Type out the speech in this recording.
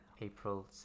April